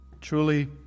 Truly